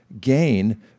gain